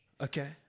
Okay